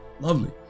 lovely